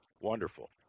Wonderful